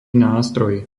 nástroj